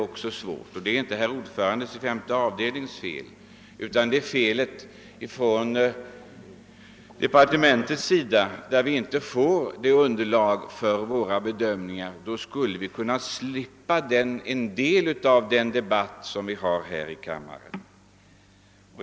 Felet ligger inte hos herr ordföranden i femte avdelningen utan hos departementet, som inte ger oss tillräckligt underlag för våra bedömningar. Finge vi det, skulle vi kunna slippa en del av debatterna av det slag som vi för här i kammaren.